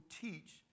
teach